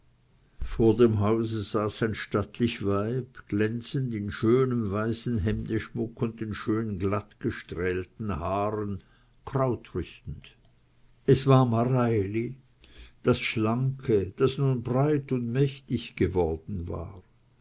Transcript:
vor dem hause saß ein stattlich weib glänzend in schönem weißem hemdeschmuck und den schön glatt gestrählten haaren kraut rüstend es war mareili das schlanke das nun breit und mächtig geworden war